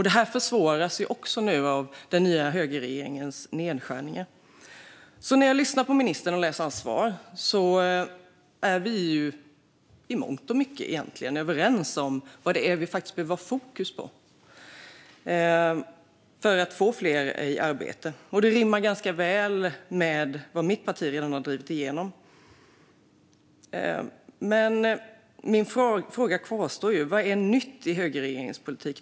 Det här försvåras också nu av högerregeringens nedskärningar. Av ministerns interpellationssvar hör jag att vi i mångt och mycket är överens om vad vi behöver ha fokus på för att få fler i arbete. Det rimmar ganska väl med vad mitt parti redan har drivit igenom. Men min fråga kvarstår: Vad är nytt i högerregeringens politik?